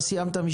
אתה סיימת?